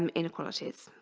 um inequalities